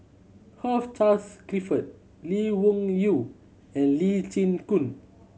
Charles Clifford Lee Wung Yew and Lee Chin Koon